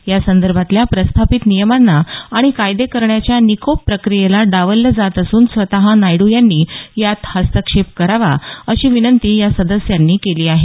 यासंदर्भातल्या प्रस्थापित नियमांना आणि कायदे करण्याच्या निकोप प्रक्रियेला डावललं जात असून स्वतः नायडू यांनी यात हस्तक्षेप करावा अशी विनंती या सदस्यांनी केली आहे